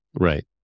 Right